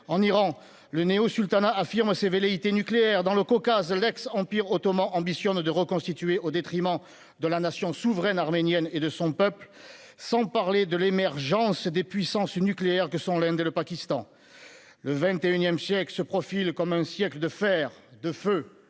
en Iran, le néosultanat affirme ses velléités nucléaires ; dans le Caucase, l'ex-Empire ottoman ambitionne de se reconstituer au détriment de la nation souveraine arménienne et de son peuple. Sans parler de l'émergence des puissances nucléaires que sont l'Inde et le Pakistan. Le XXI siècle s'annonce comme un siècle de fer, de feu